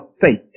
faith